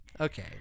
Okay